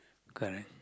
correct